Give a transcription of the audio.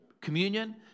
communion